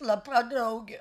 šlapia draugė